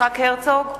יצחק הרצוג,